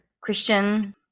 Christian